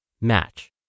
match